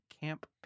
Camp